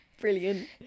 Brilliant